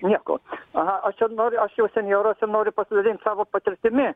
nieko aha o čia noriu aš jau senjoras ir noriu pasidalint savo patirtimi